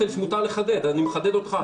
אני מחדד אותך,